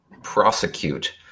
prosecute